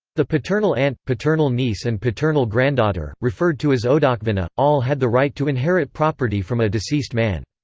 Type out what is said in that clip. the paternal aunt, paternal niece and paternal granddaughter, referred to as odalkvinna, all had the right to inherit property from a deceased man.